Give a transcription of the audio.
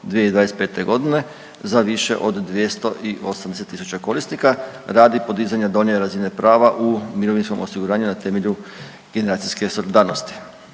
2025.g. za više od 280 tisuća korisnika radi podizanja donje razine prava u mirovinskom osiguranju na temelju generacijske solidarnosti.